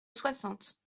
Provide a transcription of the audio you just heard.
soixante